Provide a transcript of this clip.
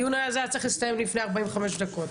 הדיון הזה היה צריך להסתיים לפני 45 דקות.